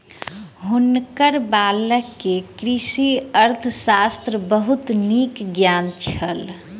हुनकर बालक के कृषि अर्थशास्त्रक बहुत नीक ज्ञान छल